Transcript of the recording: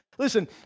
Listen